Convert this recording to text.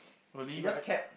really but I